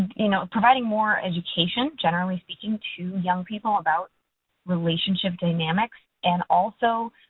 you know, providing more education, generally speaking, to young people about relationship dynamics and also,